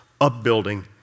upbuilding